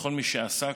לכל מי שעסק,